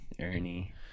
Ernie